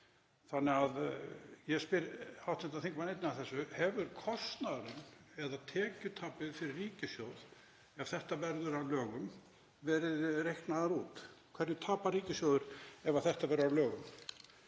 Þannig að ég spyr hv. þingmann einnig að þessu: Hefur kostnaðurinn eða tekjutapið fyrir ríkissjóð, ef þetta verður að lögum, verið reiknað út? Hverju tapar ríkissjóður ef þetta verður að lögum?